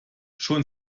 schon